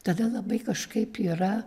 tada labai kažkaip yra